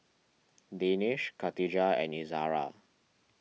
Danish Khatijah and Izara